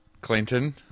Clinton